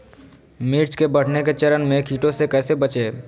मिर्च के बढ़ने के चरण में कीटों से कैसे बचये?